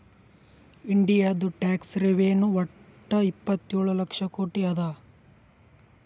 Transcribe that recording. ಇಂಡಿಯಾದು tax revenue ವಟ್ಟ ಇಪ್ಪತ್ತೇಳು ಲಕ್ಷ ಕೋಟಿ ಅದಾ